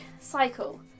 cycle